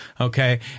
Okay